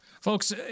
Folks